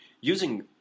Using